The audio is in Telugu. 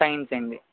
సైన్స్ అండి